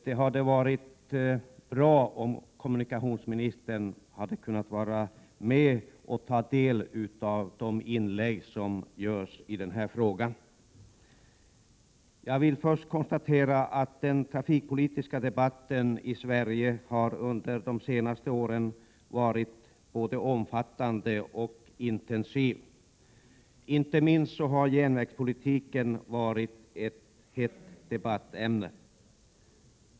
Det hade varit bra om kommunikationsministern hade kunnat vara med här och ta del av de inlägg som görs i denna fråga. Jag vill först konstatera att den trafikpolitiska debatten i Sverige har under de senaste åren varit både omfattande och intensiv. Inte minst har järnvägspolitiken varit ett hett debattämne.